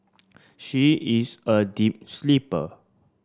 she is a deep sleeper